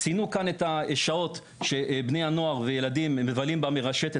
ציינו כאן את השעות שבני הנוער וילדים מבלים במרשתת.